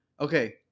okay